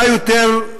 מה יותר,